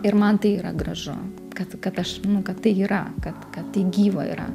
ir man tai yra gražu kad kad aš nu kad tai yra kad kad tai gyva yra